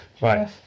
Right